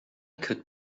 could